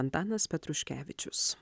antanas petruškevičius